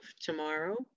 tomorrow